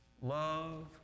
love